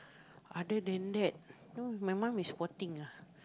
other than that no my mom is poor thing lah